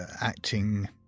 acting